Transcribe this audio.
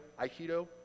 Aikido